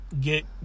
get